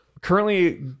currently